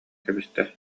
кэбистэ